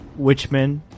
witchman